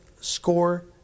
score